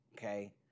Okay